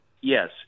yes